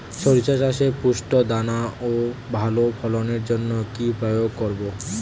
শরিষা চাষে পুষ্ট দানা ও ভালো ফলনের জন্য কি প্রয়োগ করব?